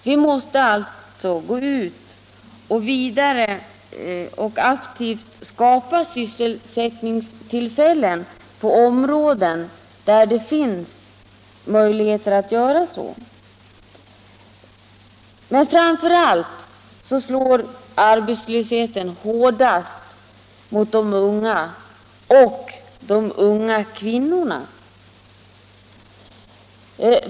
Vi måste gå vidare och aktivt skapa sysselsättningstillfällen på områden där det finns möjligheter att göra så. Men framför allt slår arbetslösheten hårdast bland de unga och framför allt mot de unga kvinnorna.